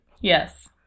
Yes